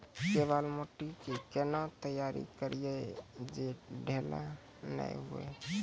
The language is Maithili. केवाल माटी के कैना तैयारी करिए जे ढेला नैय हुए?